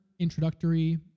introductory